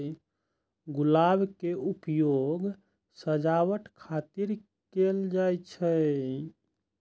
गुलाब के उपयोग सजावट खातिर कैल जाइ छै